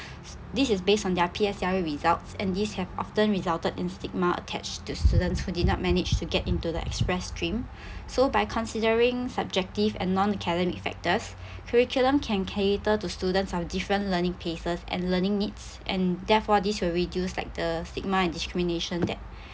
this is based on their P_S_L_E results and these have often resulted in stigma attached to students who did not manage to get into the express stream so by considering subjective and non-academic factors curriculum can cater to students of different learning paces and learning needs and therefore this will reduce like the stigma and discrimination that